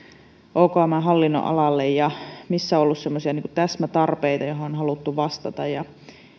okmn hallinnonalalle ja kohteita missä on ollut semmoisia täsmätarpeita joihin on haluttu vastata